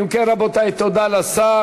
אם כן, רבותי, תודה לשר,